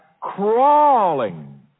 crawling